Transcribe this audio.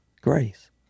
grace